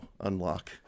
unlock